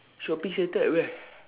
shopping centre at where